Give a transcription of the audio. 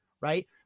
right